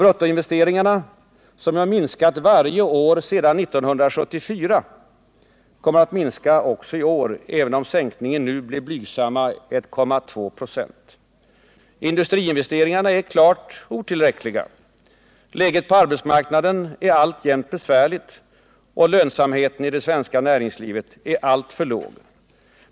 Bruttoinvesteringarna, som ju minskat varje år från 1974, kommer att minska också i år, även om sänkningen nu blir blygsamma 1,2 26. Industriinvesteringarna är klart otillräckliga, läget på arbetsmarknaden alltjämt besvärligt och lönsamheten i det svenska näringslivet alltför låg.